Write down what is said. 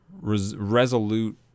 resolute